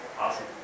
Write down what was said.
Awesome